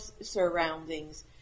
surroundings